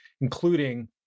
including